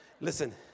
Listen